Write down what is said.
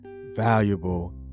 valuable